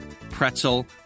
pretzel